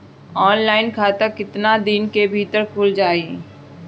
Online खाता केतना दिन के भीतर ख़ुल जाई?